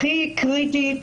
הכי קריטית,